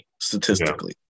statistically